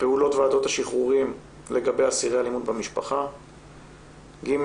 פעולות ועדות השחרורים לגבי אסירי אלימות במשפחה; ג',